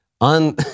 On